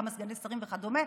כמה סגני שרים וכדומה.